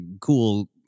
cool